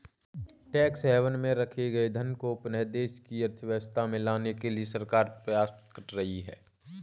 tax haven में रखे गए धन को पुनः देश की अर्थव्यवस्था में लाने के लिए सरकार प्रयास कर रही है